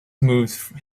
moved